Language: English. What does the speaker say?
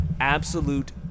Absolute